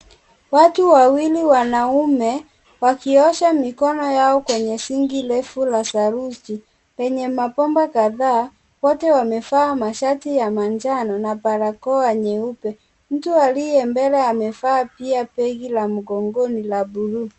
Watu wawili wanaume, wakiosha mikono yao kwenye sinki refu la saruji, penye mapamba kadhaa wote wamevaa mashati ya manjano na barakoa nyeupe, mtu aliyembele amevaa pia begi la mgongoni la buluu.